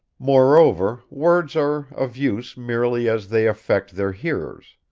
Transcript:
moreover, words are of use, merely as they affect their hearers.